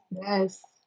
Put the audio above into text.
Yes